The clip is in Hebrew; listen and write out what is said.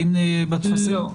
לא,